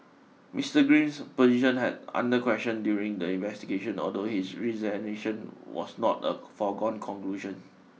Mister Green's position had under question during the investigation although his resignation was not a foregone conclusion